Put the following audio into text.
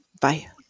Bye